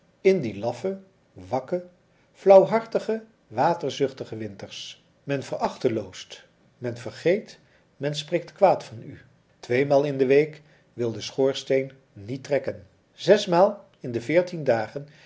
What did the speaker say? in die laffe wakke flauwhartige waterzuchtige winters men verachteloost men vergeet men spreekt kwaad van u tweemaal in de week wil de schoorsteen niet trekken zesmaal in de veertien dagen